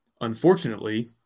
unfortunately